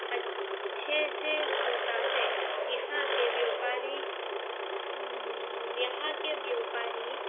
اچھے سے ہوتا ہے یہاں کے بیوپاری یہاں کے بیوپاری